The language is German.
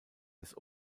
des